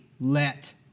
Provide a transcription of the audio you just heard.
let